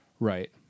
Right